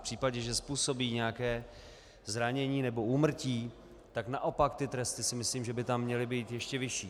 A v případě, že způsobí nějaké zranění nebo úmrtí, tak naopak ty tresty by tam měly být ještě vyšší.